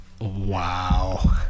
wow